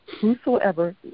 whosoever